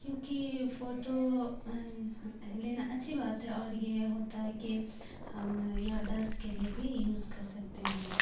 کیونکہ فوٹو لینا اچھی بات ہے اور یہ ہوتا ہے کہ ہم یاداشت کے لیے بھی یوز کر سکتے ہیں